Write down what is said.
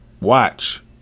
Watch